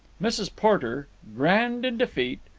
mrs. porter, grand in defeat,